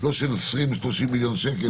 לא של 30-20 מיליון שקל,